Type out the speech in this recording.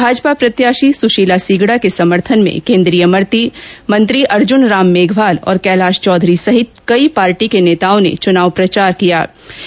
भाजपा प्रत्याशी सुशीला सीगडा के समर्थन में केन्द्रीय मंत्री अर्जुन राम मेघवाल और कैलाश चौधरी सहित कई पार्टी के नेता चुनाव प्रचार में जुटे हुए है